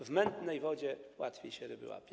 W mętnej wodzie łatwiej się ryby łapie.